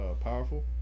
powerful